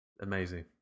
amazing